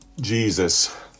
Jesus